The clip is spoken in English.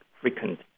frequent